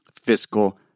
fiscal